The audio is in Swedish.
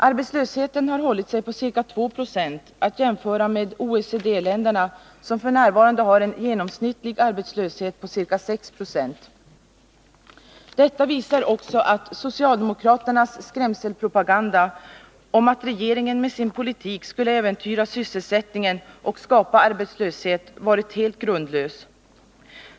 Arbetslösheten har hållit sig på ca 2 20 — att jämföra med OECD-länderna, som f. n. har en genomsnittlig arbetslöshet på ca 6 Ho. Detta visar också att socialdemokraternas skrämselpropaganda om att regeringen med sin politik skulle äventyra sysselsättningen och skapa arbetslöshet har varit helt grundlös.